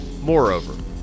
Moreover